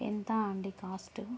ఎంత అండీ కాస్ట్